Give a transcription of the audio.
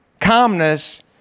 Calmness